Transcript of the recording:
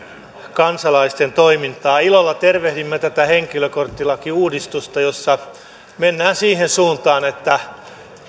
kansalaisten toimintaa ilolla tervehdimme tätä henkilökorttilakiuudistusta jossa mennään siihen suuntaan että